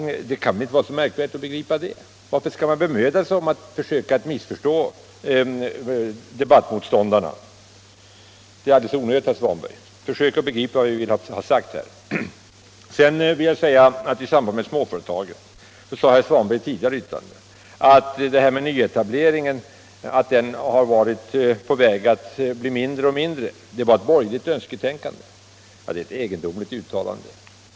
Det bör inte vara så märkvärdigt att begripa det. Varför skall man bemöda sig om att missförstå debattmotståndarna? Det är alldeles onödigt, herr Svanberg. Försök att begripa vad vi vill ha sagt här. I ett tidigare anförande sade herr Svanberg i samband med småföretagen att detta att nyetableringarna har varit på väg att bli färre och färre var ett borgerligt önsketänkande. Det är ett egendomligt uttalande.